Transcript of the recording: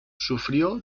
sufrió